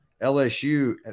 LSU